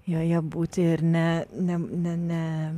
joje būti ir ne ne ne ne